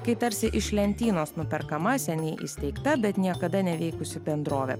kai tarsi iš lentynos nuperkama seniai įsteigta bet niekada neveikusi bendrovė